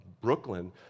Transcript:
Brooklyn